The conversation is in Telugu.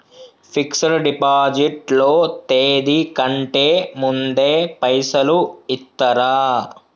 ఫిక్స్ డ్ డిపాజిట్ లో తేది కంటే ముందే పైసలు ఇత్తరా?